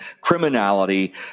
criminality